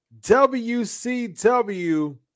WCW